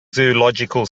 zoological